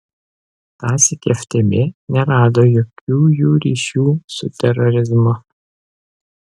tąsyk ftb nerado jokių jų ryšių su terorizmu